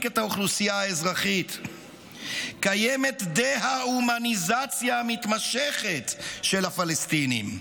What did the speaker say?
את האוכלוסייה האזרחית"; קיימת "דה-הומניזציה מתמשכת של הפלסטינים",